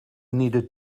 needed